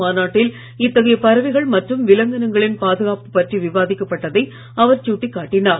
மாநாட்டில் இத்தகைய பறவைகள் மற்றும் விலங்கினங்களின் பாதுகாப்பு பற்றி விவாதிக்கப்பட்டதை அவர் சூட்டிக் காட்டினார்